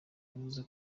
yavuze